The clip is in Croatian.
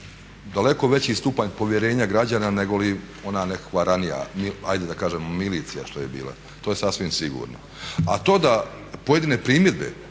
daleko veći stupanj povjerenja građana nego li ona nekakva ranija, ajde da kažemo milicija što je bila, to je sasvim sigurno. A to da pojedine primjedbe,